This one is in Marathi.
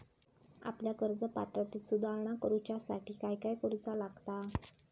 आपल्या कर्ज पात्रतेत सुधारणा करुच्यासाठी काय काय करूचा लागता?